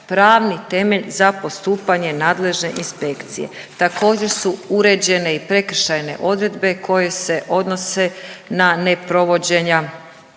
pravni temelj za postupanje nadležne inspekcije. Također su uređene i prekršajne odredbe koje se odnose na neprovođenja